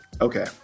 Okay